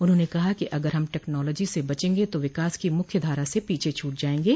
उन्होंने कहा कि अगर हम टेक्नोलाजी से बचेंगे तो विकास की मुख्य धारा से पीछे छूट जायेंगे